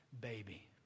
baby